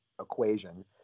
equation